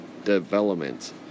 development